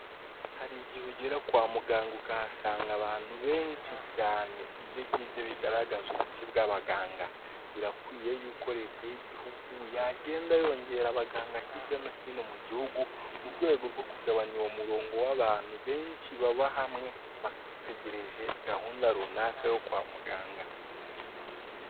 Hari igihe ugera kwa muganga ukahasanga abantu benshi cyane, icyo gihe ibyo bigaragaza ubuke bw'abaganga, birakwiye yuko reta y'iguhugu yagenda yongera abaganga hirya no hino mu gihugu, mu rwego rwo kugananya uwo muronko w'abantu benshi baba hamwe bategereje gahunda runaka yo kwa muganga.